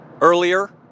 earlier